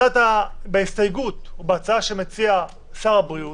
בהסתייגות, בהצעה שמציע שר הבריאות,